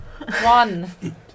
One